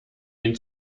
ihn